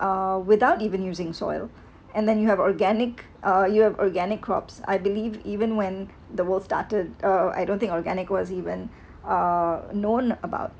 uh without even using soil and then you have organic uh you have organic crops I believe even when the world started uh I don't think organic was even uh known about